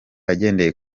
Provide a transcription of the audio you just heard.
agendeye